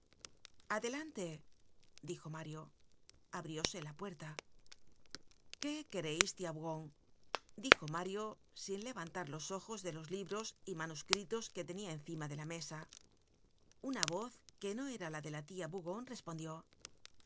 adelante dijo mario abrióse la puerta qué quereis tia bougon dijo mario sin levantar los ojos de los libros y manuscritos que tenia encima de la mesa una voz que no era la de la tia bougon respondió